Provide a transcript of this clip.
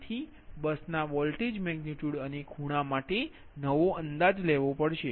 તેથી બસ ના voltage magnitude અને ખૂણા માટે નવો અંદાજ લેવો પડશે